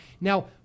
Now